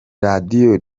radiyo